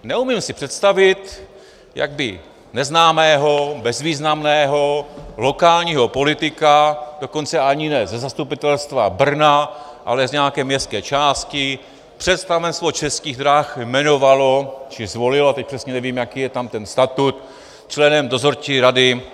Neumím se představit, jak by neznámého bezvýznamného lokálního politika, dokonce ani ne ze zastupitelstva Brna, ale z nějaké městské části, představenstvo Českých drah jmenovalo, či zvolilo teď přesně nevím, jaký je tam ten statut členem dozorčí rady ČD Cargo.